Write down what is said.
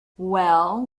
well